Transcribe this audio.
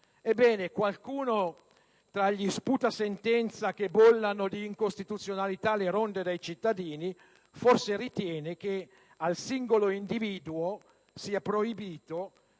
Ebbene, forse qualcuno tra gli sputasentenze che bollano di incostituzionalità le ronde dei cittadini ritiene che al singolo individuo sia proibito